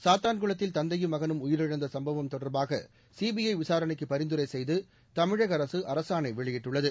சாத்தான்குளத்தில் தந்தையும் மகனும் உயிரிழந்த சும்பவம் தொடர்பாக சிபிஐ விசாரணைக்கு பரிந்துரை செய்து தமிழக அரசு அரசாணை வெளியிட்டுள்ளது